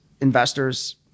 investors